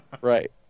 right